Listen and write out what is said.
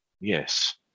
Yes